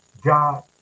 God